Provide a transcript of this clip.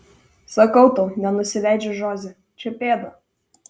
sakau tau nenusileidžia žoze čia pėda